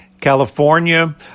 California